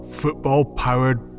football-powered